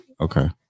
Okay